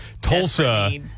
Tulsa